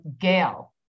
Gail